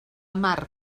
mar